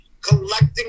collecting